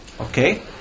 Okay